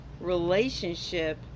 relationship